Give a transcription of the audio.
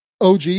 OG